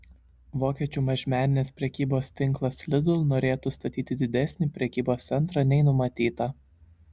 vokiečių mažmeninės prekybos tinklas lidl norėtų statyti didesnį prekybos centrą nei numatyta